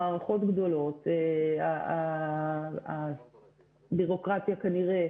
מערכות גדולות, הביורוקרטיה, כנראה,